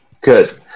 good